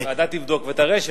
הוועדה תבדוק ותראה.